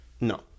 no